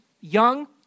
young